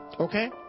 Okay